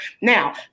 now